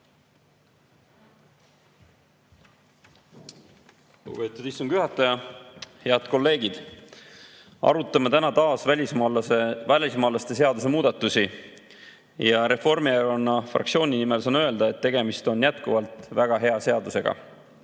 Lugupeetud istungi juhataja! Head kolleegid! Arutame täna taas välismaalaste seaduse muudatusi. Reformierakonna fraktsiooni nimel saan öelda, et tegemist on jätkuvalt väga hea seadusega